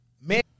man